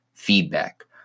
feedback